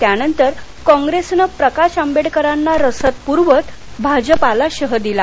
त्यानंतर कॉप्रेसन प्रकाश आंबेडकराना रसद प्रवत भाजपाला शह दिला